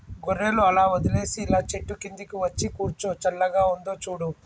గొర్రెలు అలా వదిలేసి ఇలా చెట్టు కిందకు వచ్చి కూర్చో చల్లగా ఉందో చూడు